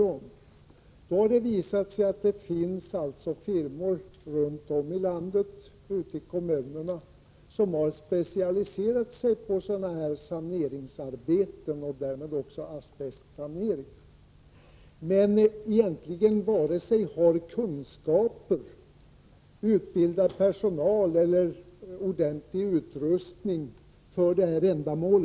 Det har visat sig att det i kommunerna runt om i landet finns firmor som har specialiserat sig på saneringsarbeten och därmed asbestsanering, men som egentligen inte har vare sig kunskaper, utbildad personal eller ordentlig utrustning för detta ändamål.